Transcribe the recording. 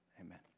Amen